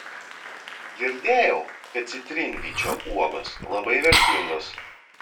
girdėjau kad citrinvyčio uogos labai vertingos